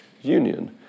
Union